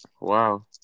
Wow